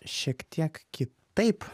šiek tiek kitaip